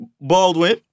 Baldwin